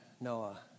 Noah